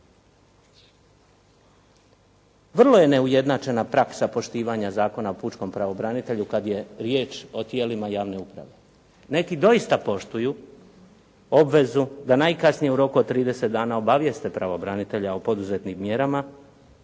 Vrlo je neujednačena praksa poštivanja Zakona o pučkom pravobranitelju kad je riječ o tijelima javne uprave. Neki doista poštuju obvezu da najkasnije u roku od 30 dana obavijeste pravobranitelja o poduzetim mjerama,